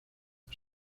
los